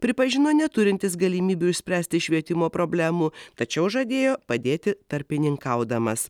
pripažino neturintis galimybių išspręsti švietimo problemų tačiau žadėjo padėti tarpininkaudamas